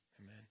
Amen